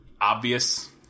obvious